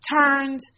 turned